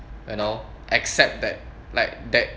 you know accept that like that